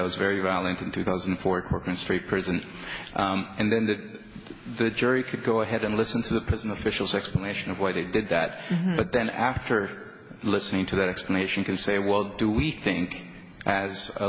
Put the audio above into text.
i was very violent in two thousand and four curtain street prison and then that the jury could go ahead and listen to the prison officials explanation of why they did that but then after listening to that explanation can say well do we think as a